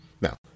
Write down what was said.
Now